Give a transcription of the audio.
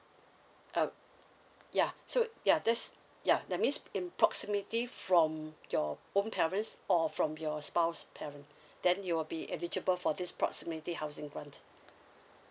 uh ya so ya there's ya that means in proximity from your own parents or from your spouse's parent then you will be eligible for this proximity housing grant